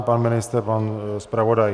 Pan ministr, pan zpravodaj?